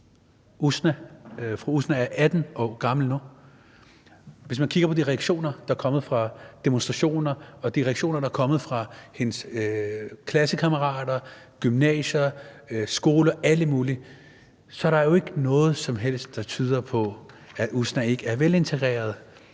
år. Usna er 18 år gammel nu. Hvis man kigger på de reaktioner, der er kommet fra demonstrationer, og de reaktioner, der er kommet fra hendes klassekammerater, fra gymnasier og skoler og alle mulige steder, så er der jo ikke noget som helst, der tyder på, at Usna ikke er velintegreret,